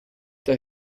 der